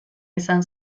izan